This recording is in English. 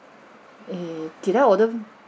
err did I ordered